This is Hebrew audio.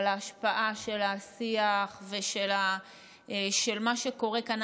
על ההשפעה של השיח ושל מה שקורה כאן,